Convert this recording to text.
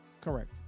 Correct